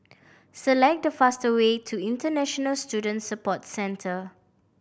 select the fast way to International Student Support Centre